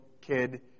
kid